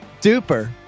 duper